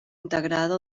integrada